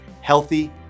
healthy